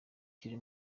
kiri